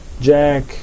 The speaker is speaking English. Jack